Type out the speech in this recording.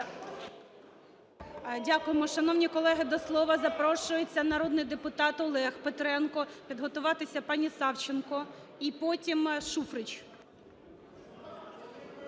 Дякуємо. Шановні колеги, до слова запрошується народний депутат Олег Петренко. Підготуватися пані Савченко, і потім – Шуфрич